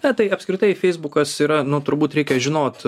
na tai apskritai feisbukas yra nu turbūt reikia žinot